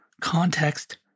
Context